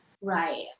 Right